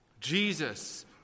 Jesus